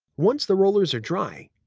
once the rollers are dry,